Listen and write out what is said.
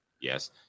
Yes